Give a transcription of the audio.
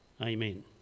Amen